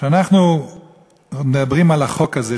כשאנחנו מדברים על החוק הזה,